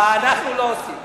אנחנו לא עושים.